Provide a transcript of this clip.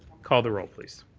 call the roll, please.